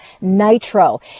Nitro